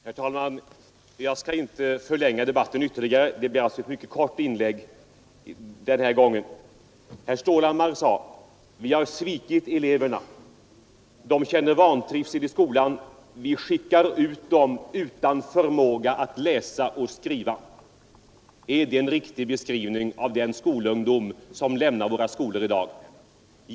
Herr talman! Jag skall inte nämnvärt ytterligare förlänga debatten — det blir alltså ett mycket kort inlägg den här gången. Herr Stålhammar sade att vi har svikit eleverna; de känner vantrivsel i skolan, och vi skickar ut dem utan förmåga att läsa och skriva. Är det en riktig beskrivning av den ungdom som i dag lämnar våra skolor?